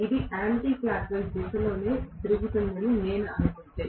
ఇది యాంటిక్లాక్వైస్ దిశ లో తిరుగుతోందని నేను అనుకుంటే